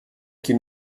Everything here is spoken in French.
qu’il